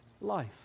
life